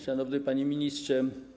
Szanowny Panie Ministrze!